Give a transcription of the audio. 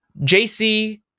JC